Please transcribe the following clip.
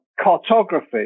cartography